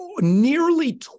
Nearly